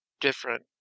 different